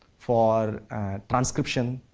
for transcription,